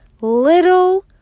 little